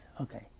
Okay